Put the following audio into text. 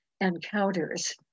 encounters